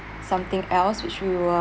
something else which we were